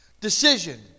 decision